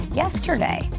yesterday